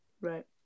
Right